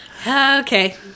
okay